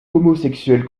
homosexuel